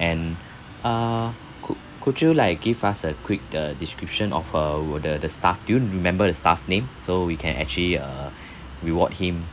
and uh could could you like give us a quick uh description of uh the the staff do you remember the staff name so we can actually uh reward him